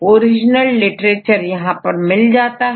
origin literature यहां पर मिल जाता है